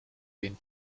been